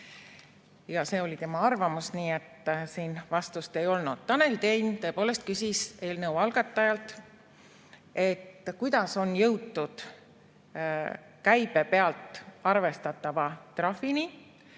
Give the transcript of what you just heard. See oli tema arvamus, nii et siin vastust ei olnud. Tanel Tein tõepoolest küsis eelnõu algatajalt, et kuidas on jõutud käibe pealt arvestatava trahvini,